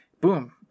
Boom